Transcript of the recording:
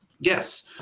Yes